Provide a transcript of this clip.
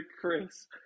Chris